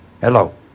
hello